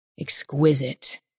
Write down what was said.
Exquisite